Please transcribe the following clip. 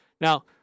Now